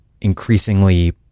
increasingly